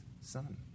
son